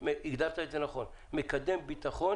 הגדרת את זה נכון, יש מקדם ביטחון